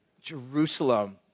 Jerusalem